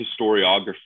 historiography